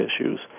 issues